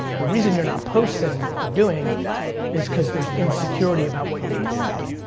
the reason you're not posting or doing is cause there's insecurity about what you're gonna say.